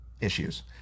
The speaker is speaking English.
issues